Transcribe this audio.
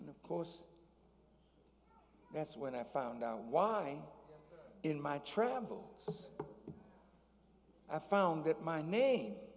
and of course that's when i found out why in my travels i found that my name